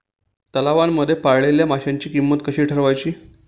तलावांमध्ये पाळलेल्या माशांची किंमत कशी ठरवायची?